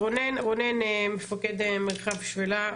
רונן מפקד מרחב שפלה.